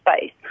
space